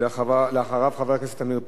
אחריו, חבר הכנסת עמיר פרץ.